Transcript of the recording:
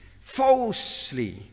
falsely